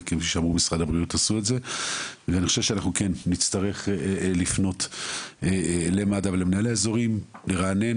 אני חושב שכן נצטרך לפנות למד"א ולמנהלי האזורים ולרענן